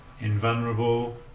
invulnerable